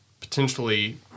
potentially